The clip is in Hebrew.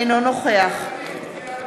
אינו נוכח יחיאל